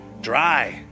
Dry